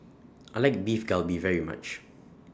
I like Beef Galbi very much